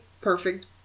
perfect